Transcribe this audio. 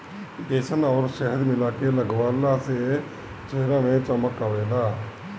बेसन अउरी शहद मिला के लगवला से चेहरा में चमक आवेला